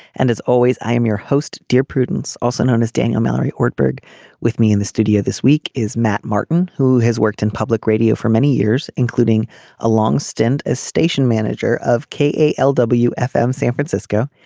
and as always i am your host dear prudence also known as daniel mallory horsburgh with me in the studio this week is matt martin who has worked in public radio for many years including a long stint as station manager of k lw f and but m. f m. san francisco.